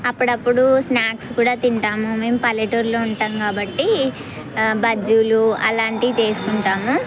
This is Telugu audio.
అప్పుడప్పుడు స్నాక్స్ కూడా తింటాము మేం పల్లెటూర్లో ఉంటాం కాబట్టి బజ్జీలు అలాంటివి తీసుకుంటాము